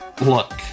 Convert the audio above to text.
Look